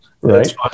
right